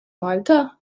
malta